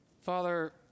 Father